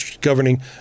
governing